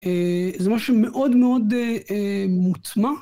זה משהו מאוד מאוד מוצמה.